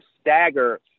stagger